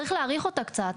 צריך להאריך אותה קצת.